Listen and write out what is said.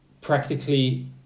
practically